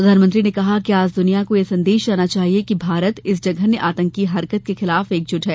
प्रधानमंत्री ने कहा कि आज दुनिया को यह संदेश जाना चाहिए कि भारत इस जघन्य आतंकी हरकत के खिलाफ एकजुट है